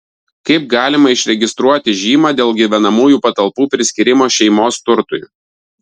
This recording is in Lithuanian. kaip galima išregistruoti žymą dėl gyvenamųjų patalpų priskyrimo šeimos turtui